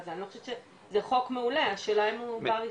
אני חושבת שזה חוק מעולה השאלה הוא אם הוא בר יישום.